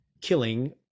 killing